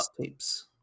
tapes